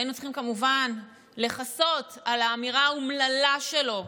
והיינו צריכים כמובן לכסות על האמירה האומללה שלו.